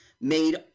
made